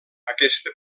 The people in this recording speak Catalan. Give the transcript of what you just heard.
aquesta